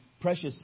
precious